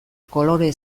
kolore